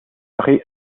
أخي